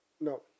No